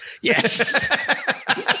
Yes